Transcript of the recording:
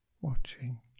watching